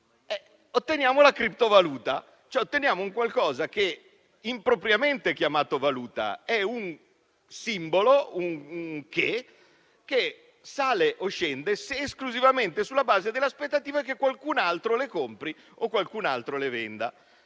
otteniamo la criptovaluta, cioè otteniamo qualcosa che impropriamente è chiamato valuta, ma è un simbolo, che sale o scende esclusivamente sulla base dell'aspettativa che qualcuno lo compri e qualcun altro lo venda.